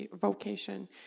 vocation